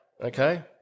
okay